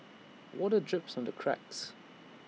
water drips from the cracks